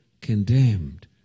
condemned